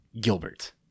Gilbert